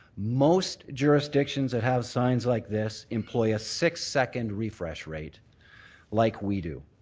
most jurisdictions that have signs like this employ a six-second refresh rate like we do.